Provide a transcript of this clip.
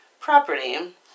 property